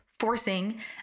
forcing